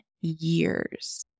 years